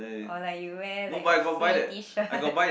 or like you wear like free T-shirt